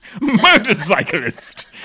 Motorcyclist